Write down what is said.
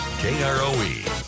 K-R-O-E